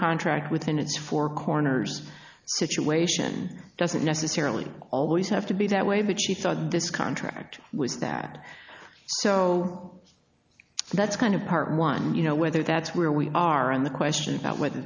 its four corners situation doesn't necessarily always have to be that way but she thought this contract was that so so that's kind of part one you know whether that's where we are on the question about wh